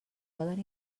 poden